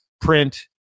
print